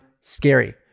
scary